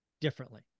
differently